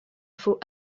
faut